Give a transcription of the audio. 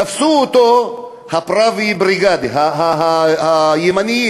תפסו אותו ה"פראווי בריגדה", הימנים,